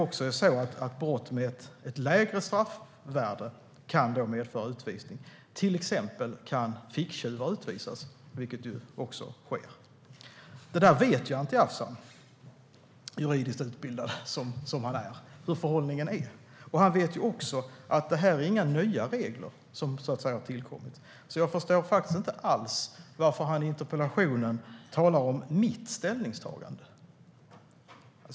Brott med ett lägre straffvärde kan då också medföra utvisning. Till exempel kan ficktjuvar utvisas, vilket också sker. Anti Avsan vet ju hur förhållningssättet är, juridiskt utbildad som han är. Han vet också att det inte är några nya regler som tillkommit. Jag förstår faktiskt inte alls varför han i interpellationen talar om mitt ställningstagande.